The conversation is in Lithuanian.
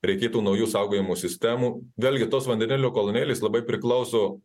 reikėtų naujų saugojimo sistemų vėlgi tos vandenilio kolonėlės labai priklauso